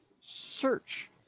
search